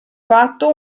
fatto